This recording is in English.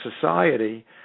society